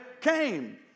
came